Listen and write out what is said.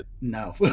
No